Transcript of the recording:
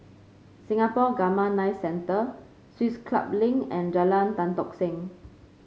Singapore Gamma Knife Centre Swiss Club Link and Jalan Tan Tock Seng